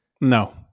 No